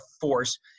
force